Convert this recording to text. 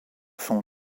son